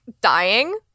dying